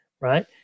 right